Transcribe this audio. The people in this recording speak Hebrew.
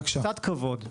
קצת כבוד.